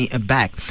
back